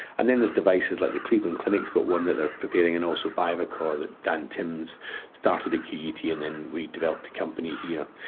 and then there's devices like the cleveland clinic has got one that they are preparing, and also bivacor that dan timms started at qut, and then we developed a company here.